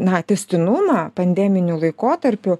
na tęstinumą pandeminiu laikotarpiu